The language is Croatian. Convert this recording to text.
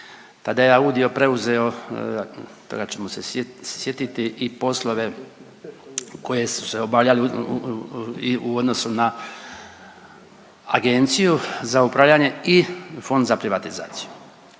Tada je AUDIO preuzeo toga ćemo se sjetiti i poslove koji su se obavljali i u odnosu na Agenciju za upravljanje i Fond za privatizaciju.